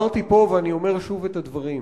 אמרתי פה, ואני אומר שוב את הדברים: